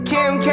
Kim